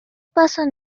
paso